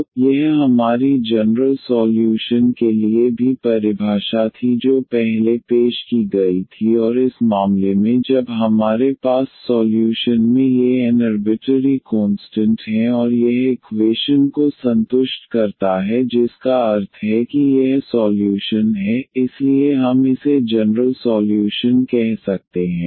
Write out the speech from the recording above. तो यह हमारी जनरल सॉल्यूशन के लिए भी परिभाषा थी जो पहले पेश की गई थी और इस मामले में जब हमारे पास सॉल्यूशन में ये n अर्बिटरी कोंस्टंट हैं और यह इक्वेशन को संतुष्ट करता है जिसका अर्थ है कि यह सॉल्यूशन है इसलिए हम इसे जनरल सॉल्यूशन कह सकते हैं